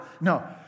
No